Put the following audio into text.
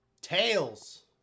Tails